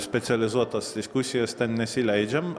specializuotas diskusijas ten nesileidžiam